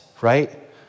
right